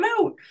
out